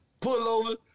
pullover